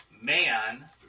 man